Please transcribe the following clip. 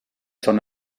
son